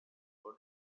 for